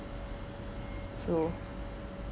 so